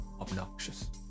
obnoxious